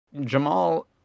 Jamal